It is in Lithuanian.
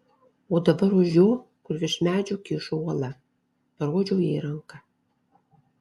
o dabar už jo kur virš medžių kyšo uola parodžiau jai ranka